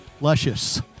luscious